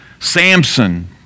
Samson